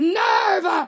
nerve